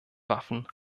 waffen